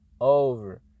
over